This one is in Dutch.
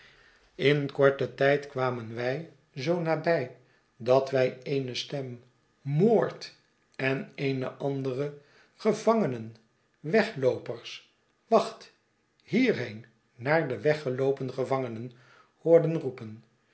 in korten tijd kwamen wij zoo nabij dat wij eene stem moord en eene andere gevangenen wegloopers wacht hierheen naar de weggeloopen gevangenen hoorden roepen